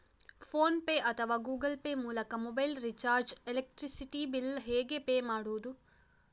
Phone pay ಅಥವಾ Google Pay ಮೂಲಕ mobile recharge, electricity bill ಹೇಗೆ ಪೇ ಮಾಡುವುದು?